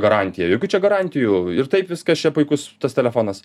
garantija jokių čia garantijų ir taip viskas čia puikus tas telefonas